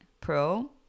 pro